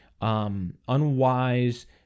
unwise